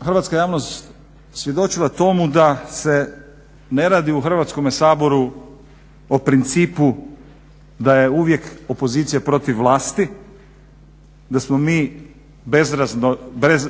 hrvatska javnost svjedočila tomu da se ne radi u Hrvatskome saboru o principu da je uvijek opozicija protiv vlasti, da smo mi